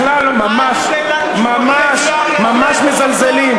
בכלל לא, ממש, ממש, ממש מזלזלים.